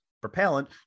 propellant